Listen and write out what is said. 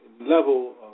level